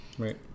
right